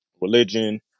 religion